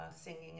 singing